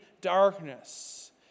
darkness